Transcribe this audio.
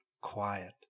quiet